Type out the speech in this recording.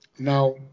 Now